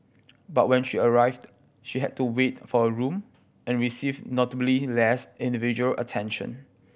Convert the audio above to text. but when she arrived she had to wait for a room and received notably less individual attention